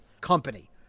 company